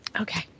okay